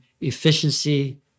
efficiency